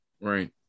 Right